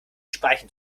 speichen